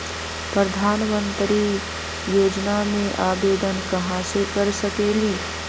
प्रधानमंत्री योजना में आवेदन कहा से कर सकेली?